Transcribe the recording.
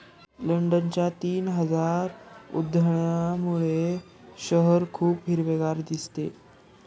लंडनच्या तीन हजार उद्यानांमुळे शहर खूप हिरवेगार दिसते